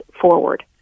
forward